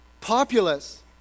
populous